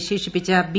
വിശേഷിപ്പിച്ച ബി